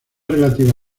relativa